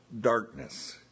darkness